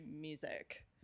music